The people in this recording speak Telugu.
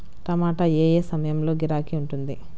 టమాటా ఏ ఏ సమయంలో గిరాకీ ఉంటుంది?